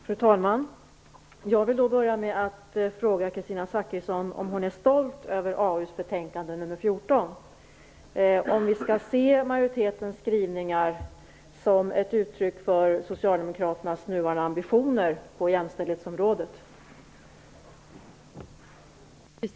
Fru talman! Jag vill börja med att fråga Kristina Zakrisson om hon är stolt över arbetsmarknadsutskottets betänkande nr 14. Skall vi se majoritetens skrivningar som ett uttryck för Socialdemokraternas nuvarande ambitioner på jämställdhetsområdet?